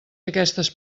aquestes